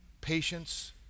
patience